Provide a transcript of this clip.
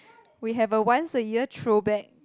we have a once a year throw back